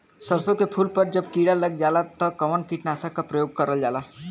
सरसो के फूल पर जब किड़ा लग जाला त कवन कीटनाशक क प्रयोग करल जाला?